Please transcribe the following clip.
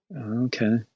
Okay